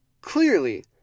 Clearly